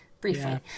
briefly